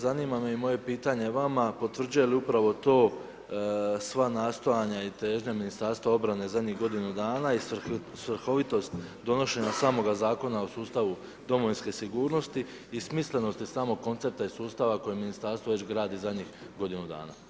Zanima me i moje pitanje vama potvrđuje li upravo to sva nastojanja i težnje ministarstva obrane zadnjih godinu dana i svrhovitost donošenja samoga Zakona o sustavu domovinske sigurnosti i smislenosti samog koncepta i sustava koje ministarstvo već gradi zadnjih godinu dana.